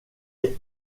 est